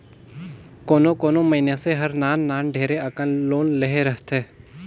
कोनो कोनो मइनसे हर नान नान ढेरे अकन लोन लेहे रहथे